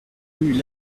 rue